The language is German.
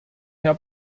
herr